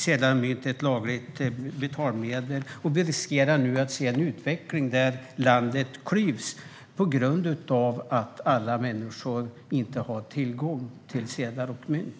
Sedlar och mynt är lagliga betalningsmedel, och vi riskerar nu att få se en utveckling där landet klyvs på grund av att alla människor inte har tillgång till sedlar och mynt.